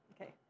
Okay